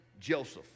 Joseph